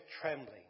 trembling